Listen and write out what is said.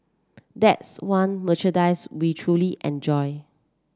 that's one merchandise we truly enjoy